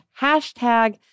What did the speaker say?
hashtag